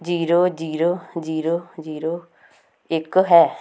zero zero zero zero ਇੱਕ ਹੈ